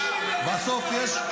לברוח מזה.